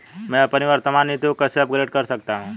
मैं अपनी वर्तमान नीति को कैसे अपग्रेड कर सकता हूँ?